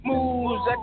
Moves